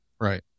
Right